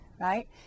right